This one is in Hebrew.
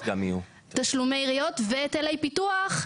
תשלומי עיריות והיטלי פיתוח,